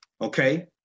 Okay